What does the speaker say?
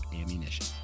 ammunition